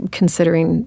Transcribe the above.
considering